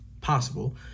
possible